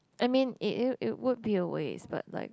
I mean it it would be a waste but like